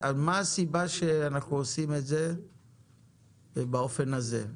מה הסיבה שאנחנו עושים את זה ובאופן הזה?